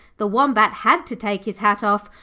the wombat had to take his hat off,